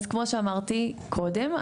אז כמו שאמרתי קודם,